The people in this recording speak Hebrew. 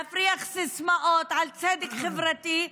להפריח סיסמאות על צדק חברתי,